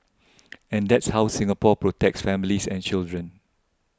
and that's how Singapore protects families and children